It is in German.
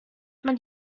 man